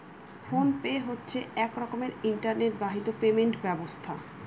phone pay হচ্ছে এক রকমের ইন্টারনেট বাহিত পেমেন্ট ব্যবস্থা